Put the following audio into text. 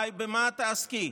מאי, במה תעסקי.